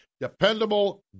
dependable